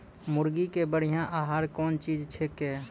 मुर्गी के बढ़िया आहार कौन चीज छै के?